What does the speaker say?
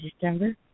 December